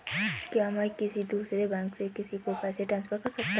क्या मैं किसी दूसरे बैंक से किसी को पैसे ट्रांसफर कर सकता हूं?